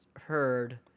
heard